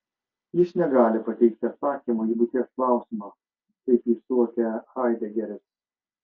jis negali pateikti atsakymo į būties klausimą kaip jį suvokia haidegeris